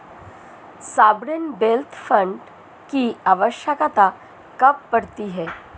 Sovereign wealth fund की आवश्यकता कब पड़ती है?